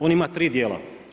On ima tri dijela.